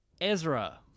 Ezra